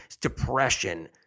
depression